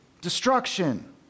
destruction